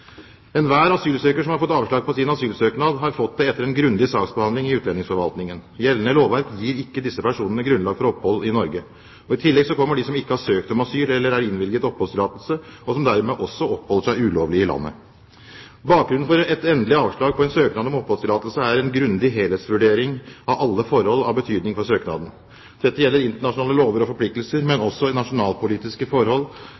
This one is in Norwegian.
Enhver asylsøker som har fått avslag på sin asylsøknad, har fått det etter en grundig saksbehandling i utlendingsforvaltningen. Gjeldende lovverk gir ikke disse personene grunnlag for opphold i Norge. I tillegg kommer de som ikke har søkt om asyl eller er innvilget oppholdstillatelse, og som dermed også oppholder seg ulovlig i landet. Bakgrunnen for et endelig avslag på en søknad om oppholdstillatelse er en grundig helhetsvurdering av alle forhold av betydning for søknaden. Dette gjelder internasjonale lover og forpliktelser, men også nasjonalpolitiske forhold,